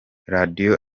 radio